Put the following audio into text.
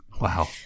Wow